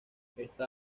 esta